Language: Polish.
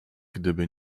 gdyby